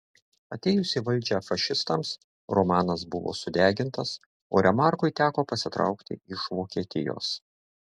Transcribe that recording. atėjus į valdžią fašistams romanas buvo sudegintas o remarkui teko pasitraukti iš vokietijos